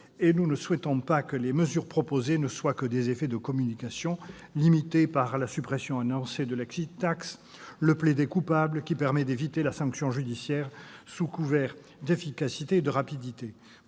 et nous ne souhaitons pas que les mesures proposées ne soient que des effets de communication limités par la suppression annoncée de l', et par le plaider-coupable qui permet d'éviter la sanction judiciaire sous couvert d'efficacité et de rapidité.